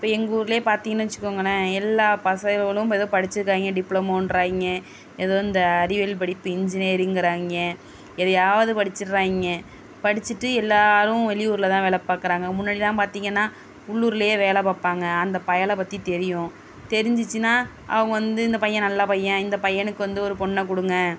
இப்போ எங்கள் ஊருலேயே பார்த்திங்கனு வைச்சிக்கோங்கள எல்லா பசங்களும் ஏதோ படிச்சிருக்காங்கே டிப்ளமோகிறாங்கே ஏதோ இந்த அறிவியல் படிப்பு இன்ஜினியரிங்கிறாங்கே எதையாவது படிச்சிடுறாங்க படித்திட்டு எல்லோரும் வெளியூரில் தான் வேலை பாக்கிறாங்க முன்னடிலாம் பார்த்திங்கனா உள்ளூர்லேயே வேலலை பார்ப்பாங்க அந்த பயலை பற்றி தெரியும் தெரிஞ்சிச்சுன்னா அவங்க வந்து இந்த பையன் நல்ல பையன் இந்த பையனுக்கு வந்து ஒரு பொண்ணை கொடுங்க